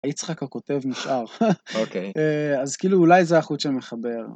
יצחק הכותב נשאר. אוקיי. אז כאילו אולי זה החוט שמחבר.